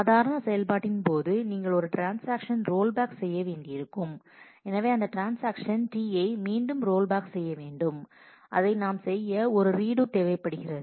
சாதாரண செயல்பாட்டின் போது நீங்கள் ஒரு ட்ரான்ஸாக்ஷன் ரோல்பேக் செய்ய வேண்டியிருக்கும் எனவே அந்த ட்ரான்ஸாக்ஷன்ஸ் T ஐ மீண்டும் ரோல்பேக் செய்ய வேண்டும் அதை நாம் செய்ய ஒரு ரீடு தேவைப்படுகிறது